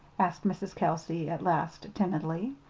asked mrs. kelsey at last timidly.